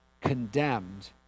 condemned